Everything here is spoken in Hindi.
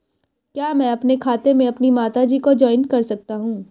क्या मैं अपने खाते में अपनी माता जी को जॉइंट कर सकता हूँ?